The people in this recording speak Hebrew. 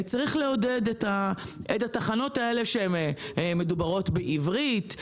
צריך לעודד את התחנות האלה שמדברים בהם בעברית,